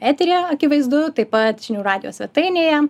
eteryje akivaizdu taip pat žinių radijo svetainėje